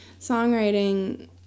songwriting